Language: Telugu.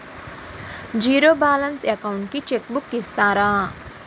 జీరో బాలన్స్ అకౌంట్ కి చెక్ బుక్ ఇస్తారా?